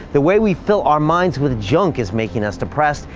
the way we fill our minds with junk is making us depressed,